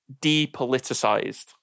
depoliticized